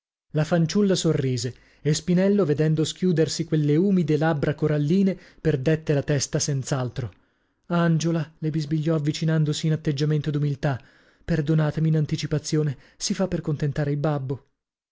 la fanciulla sorrise e spinello vedendo schiudersi quelle umide labbra coralline perdette la testa senz'altro angiola le bisbigliò avvicinandosi in atteggiamento d'umiltà perdonatemi in anticipazione si fa per contentare il babbo